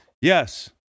Yes